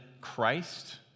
Christ